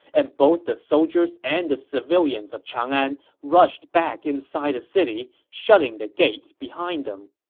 and both the soldiers and the civilians of chang'an rushed back inside the city, shutting the gates behind them